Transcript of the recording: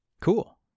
Cool